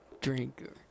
drink